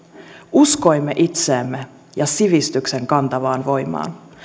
uskoimme itseemme ja sivistyksen kantavaan voimaan